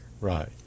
right